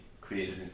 created